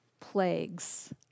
plagues